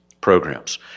programs